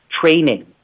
training